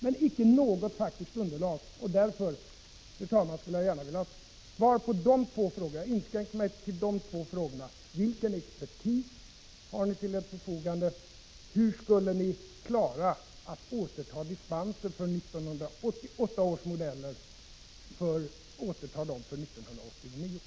Men det finns inte något faktiskt underlag. Därför skulle jag, fru talman, gärna vilja ha svar på följande två frågor: Vilken expertis har ni till ert förfogande? Hur skulle ni klara att för 1989 återta dispenser för 1988 års modeller?